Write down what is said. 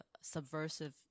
subversive